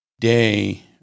day